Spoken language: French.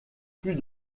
plus